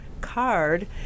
card